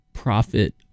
profit